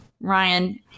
Ryan